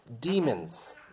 demons